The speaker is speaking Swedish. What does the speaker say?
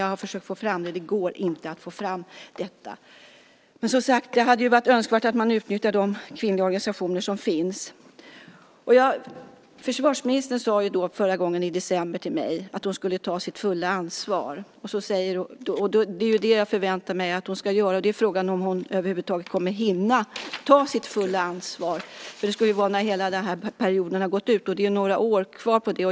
Jag har försökt att få fram besked om det, men det går inte att få fram detta. Men som sagt hade det varit önskvärt att de kvinnliga organisationer som finns hade utnyttjats. Försvarsministern sade förra gången, i december, till mig att hon skulle ta sitt fulla ansvar, och det är det som jag förväntar mig att hon ska göra. Frågan är om hon över huvud taget kommer att hinna ta sitt fulla ansvar, för det ska ju vara när hela den här perioden har gått ut, och det är ju några år kvar av den.